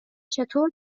چطور